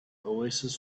oasis